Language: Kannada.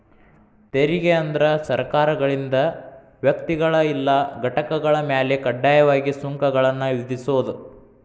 ತೆರಿಗೆ ಅಂದ್ರ ಸರ್ಕಾರಗಳಿಂದ ವ್ಯಕ್ತಿಗಳ ಇಲ್ಲಾ ಘಟಕಗಳ ಮ್ಯಾಲೆ ಕಡ್ಡಾಯವಾಗಿ ಸುಂಕಗಳನ್ನ ವಿಧಿಸೋದ್